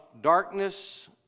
darkness